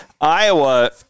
Iowa